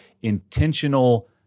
intentional